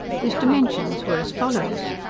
whose dimensions were as follows